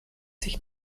sich